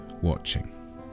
watching